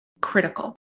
critical